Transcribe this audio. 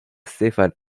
stefan